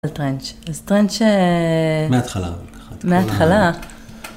טרנץ', אז טרנץ' ש... מההתחלה. מההתחלה.